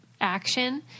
action